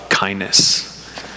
kindness